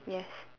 yes